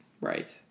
Right